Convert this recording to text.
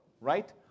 right